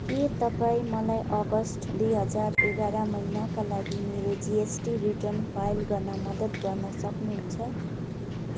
के तपाईँ मलाई अगस्त दुई हजार एघार महिनाका लागि मेरो जिएसटी रिटर्न फाइल गर्न मद्दत गर्न सक्नुहुन्छ